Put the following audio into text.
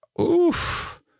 oof